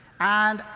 and,